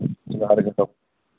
ᱡᱚᱦᱟᱨ ᱜᱮ ᱛᱚᱵᱮ